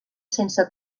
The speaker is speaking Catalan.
sense